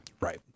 Right